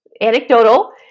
anecdotal